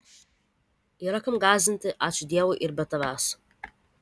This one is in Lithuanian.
yra kam gąsdinti ačiū dievui ir be tavęs